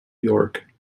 york